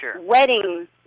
wedding